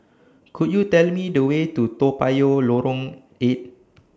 Could YOU Tell Me The Way to Toa Payoh Lorong eight